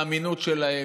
באמינות שלהם.